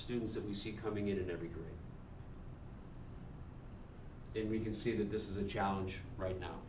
students that we see coming in every group and we can see that this is a challenge right now